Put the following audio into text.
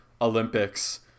Olympics